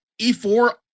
E4